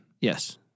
Yes